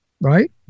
Right